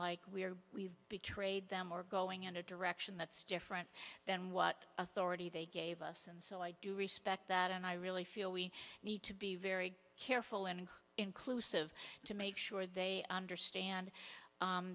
well we are we have betrayed them or going in a direction that's different than what authority they gave us and so i do respect that and i really feel we need to be very careful and inclusive to make sure they understand